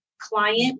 client